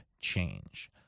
change